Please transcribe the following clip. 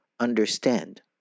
Understand